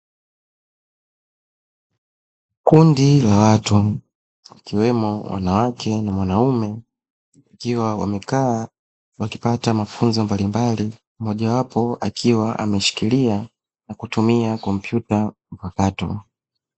Kundi la watu wakiwemo wanawake na mwanaume, ikiwa wamekaa wakipata mafunzo mbalimbali; mojawapo akiwa ameshikilia na kutumia kompyuta makato.